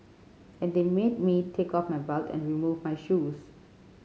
and they made me take off my belt and remove my shoes